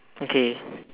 okay